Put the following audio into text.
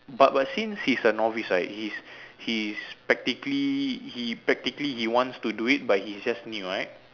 but but since he is a novice right he's he's practically he practically he wants to do it but he's just new right